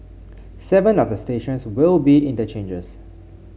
seven of the stations will be interchanges